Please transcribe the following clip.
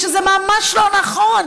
שזה ממש לא נכון,